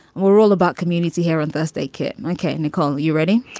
we're all about community here on thursday, kit. and okay, nicole. you ready?